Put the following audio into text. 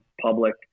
public